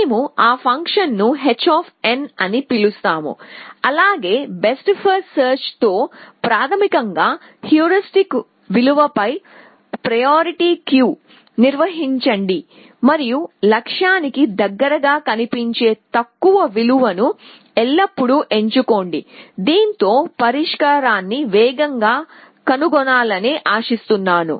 మేము ఆ ఫంక్షన్ను h అని పిలుస్తాము అలాగే బెస్ట్ ఫస్ట్ సెర్చ్ తో ప్రాథమికంగా హ్యూరిస్టిక్ విలువపై ప్రయారిటీ క్యూ నిర్వహించండి మరియు లక్ష్యానికి దగ్గరగా కనిపించే తక్కువ విలువను ఎల్లప్పుడూ ఎంచుకోండి దీంతో పరిష్కారాన్ని వేగంగా కనుగొనాలనే ఆశిస్తున్నాను